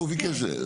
הוא ביקש.